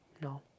no